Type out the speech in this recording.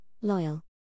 loyal